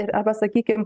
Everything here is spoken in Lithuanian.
ir arba sakykim